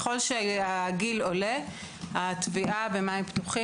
מה עושים בסיפור הזה?